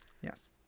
yes